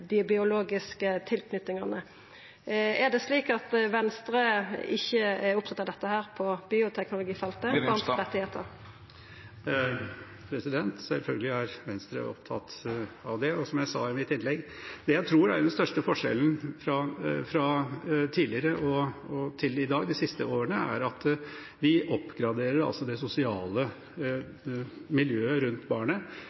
dei biologiske tilknytingane. Er det slik at Venstre ikkje er opptatt av dette på bioteknologifeltet, av rettane til barna? Selvfølgelig er Venstre opptatt av det. Som jeg sa i mitt innlegg: Det jeg tror er den største forskjellen fra tidligere og til de siste årene, er at vi oppgraderer det sosiale